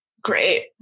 Great